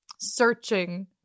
searching